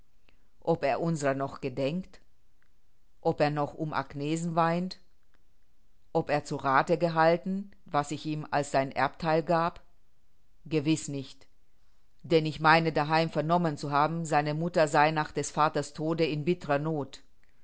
ob er unserer noch gedenkt ob er noch um agnesen weint ob er zu rathe gehalten was ich ihm als sein erbtheil gab gewiß nicht denn ich meine daheim vernommen zu haben seine mutter sei nach des vaters tode in bitterer noth